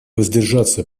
воздержаться